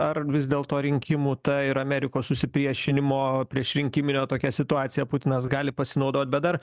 ar vis dėlto rinkimų tai ir amerikos susipriešinimo priešrinkiminio tokia situacija putinas gali pasinaudot bet dar